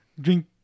drink